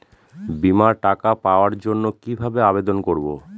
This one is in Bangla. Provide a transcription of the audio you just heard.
বিমার টাকা পাওয়ার জন্য কিভাবে আবেদন করব?